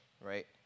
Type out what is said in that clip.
right